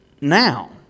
now